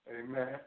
Amen